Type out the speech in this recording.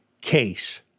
case